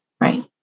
right